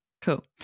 Cool